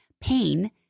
pain